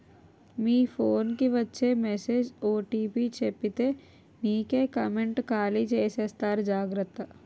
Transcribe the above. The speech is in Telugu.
మీ ఫోన్ కి వచ్చే మెసేజ్ ఓ.టి.పి చెప్పితే నీకే కామెంటు ఖాళీ చేసేస్తారు జాగ్రత్త